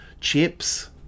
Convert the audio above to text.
chips